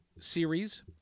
series